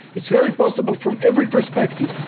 it's very possible from every perspective.